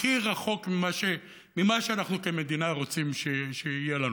הכי רחוק ממה שאנחנו כמדינה רוצים שיהיה לנו.